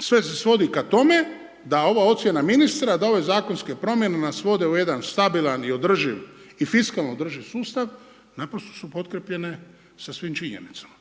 sve se svodi k tome da ova ocjena ministra da ove zakonske promjene nas vode u jedan stabilan i održiv i fiskalno održiv sustav nakon što su potkrijepljene sa svim činjenicama.